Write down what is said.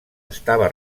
estava